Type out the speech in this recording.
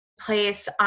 place